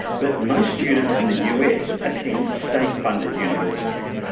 but most students in the us attend state-funded universities,